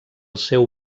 seu